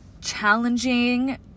challenging